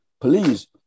please